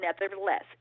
nevertheless